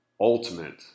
ultimate